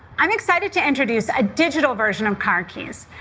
i'm excited to introduce a digital version of car keys.